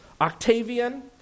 Octavian